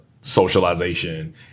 socialization